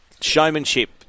Showmanship